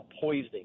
poisoning